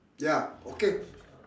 ya okay